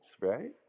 right